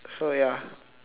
so ya